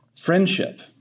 Friendship